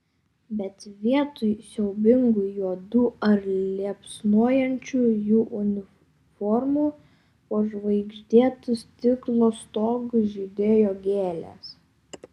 bet vietoj siaubingų juodų ar liepsnojančių jų uniformų po žvaigždėtu stiklo stogu žydėjo gėlės